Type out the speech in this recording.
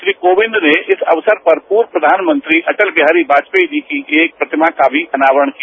श्री कोविद ने इस अवसर पर पूर्व प्रधानमंत्री श्री अटल बिहारी वाजपेई जी की एक प्रतिमा का भी अनावरण किया